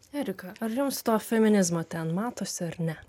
erika ar jums to feminizmo ten matosi ar ne